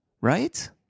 Right